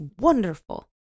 wonderful